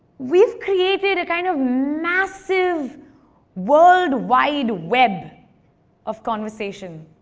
we've created a kind of massive world wide web of conversation.